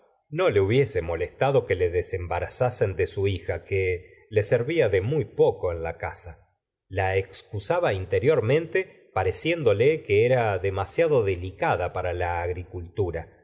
no le hubiese molestado que le desembarazasen de su hija que le servía de muy poco en la casa la excusaba interiormente pareciéndole que era demasiado delicada para la agricultura